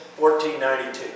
1492